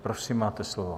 Prosím, máte slovo.